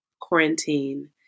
quarantine